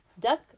Duck